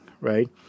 right